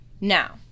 Now